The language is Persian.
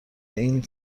این